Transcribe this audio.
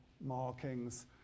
markings